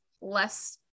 less